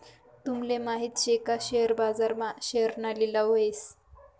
तूमले माहित शे का शेअर बाजार मा शेअरना लिलाव व्हस